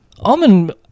Almond